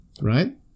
right